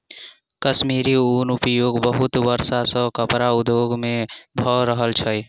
कश्मीरी ऊनक उपयोग बहुत वर्ष सॅ कपड़ा उद्योग में भ रहल अछि